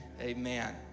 Amen